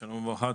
שלום וברכה.